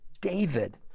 David